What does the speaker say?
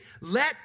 let